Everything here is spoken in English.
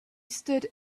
stood